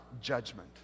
judgment